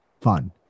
fun